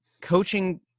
coaching